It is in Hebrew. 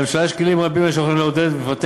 לממשלה יש כלים רבים שיכולים לעודד ולפתח